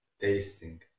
tasting